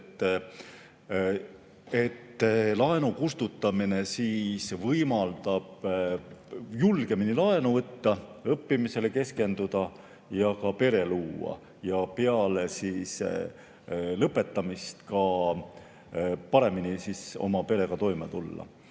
et laenu kustutamine võimaldab julgemini laenu võtta, õppimisele keskenduda ja ka pere luua ja peale lõpetamist paremini oma perega toime tulla.